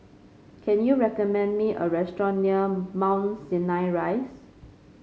can you recommend me a restaurant near Mount Sinai Rise